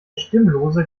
stimmlose